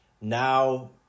Now